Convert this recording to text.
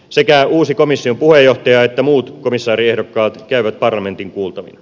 sekä uusi komission puheenjohtaja että muut komissaariehdokkaat käyvät parlamentin kuultavina